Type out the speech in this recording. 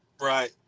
right